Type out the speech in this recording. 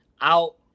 out